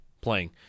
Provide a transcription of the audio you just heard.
playing